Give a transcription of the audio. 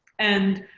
and